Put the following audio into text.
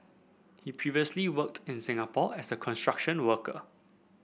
he previously worked in Singapore as a construction worker